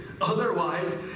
Otherwise